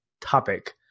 topic